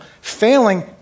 Failing